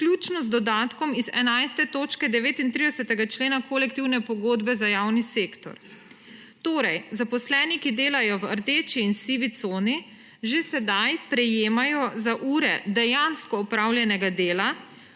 vključno z dodatkom iz 11. točke 39. člena kolektivne pogodbe za javni sektor. Torej zaposleni, ki delajo v rdeči in sivi coni, že sedaj prejemajo za ure dejansko opravljenega dela